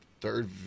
third